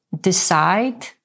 decide